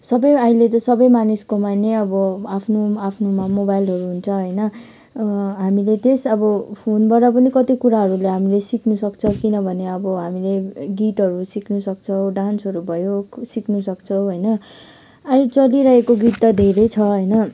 सबै अहिले त सबै मानिसकोमा नै अब आफ्नो आफ्नोमा मोबाइलहरू हुन्छ होइन हामीले त्यस अब फोनबाट पनि कति कुराहरूलाई हामले सिक्नु सक्छ किनभने अब हामीले गीतहरू सिक्नु सक्छौँ डान्सहरू भयो सिक्नु सक्छौँ होइन अहिले चलिरहेको गीत त धेरै छ होइन